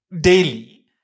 daily